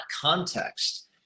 context